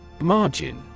Margin